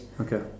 Okay